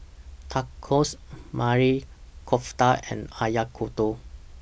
Tacos Maili Kofta and Oyakodon